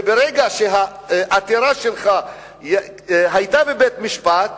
וברגע שהעתירה שלך היתה בבית-משפט,